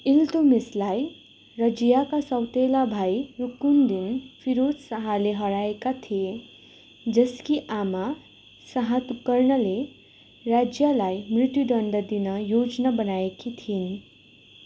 इल्तुतमिसलाई रजियाका सौतेला भाइ रुकुनुद्दिन फिरोज शाहले हराएका थिए जसकी आमा शाह तुकर्नले रजियालाई मृत्यु दण्ड दिने योजना बनाएकी थिइन्